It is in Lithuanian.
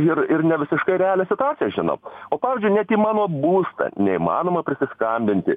ir ir ne visiškai realią situaciją žinom o pavyzdžiui net į mano būstą neįmanoma prisiskambinti